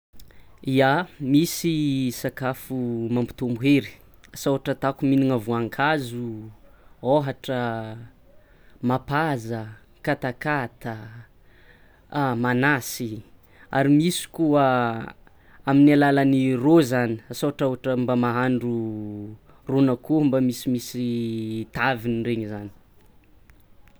Ia! Misy sakafo mampitombo hery, asa ohatra atako mihinana voaknkazo, ohatra mapaza, katakata, manasy, ary misy koa amin'ny alalan'ny rô zany, asa ohatra ohatra mba mahandro rôn'akoho mba misimisy taviny reny zany